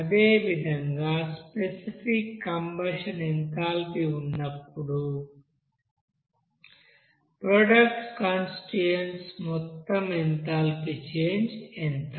అదేవిధంగా specific combustion enthalpy ఉన్నప్పుడు products constituents మొత్తం ఎంథాల్పీ చేంజ్ ఎంత